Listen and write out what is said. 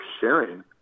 sharing